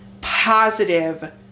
positive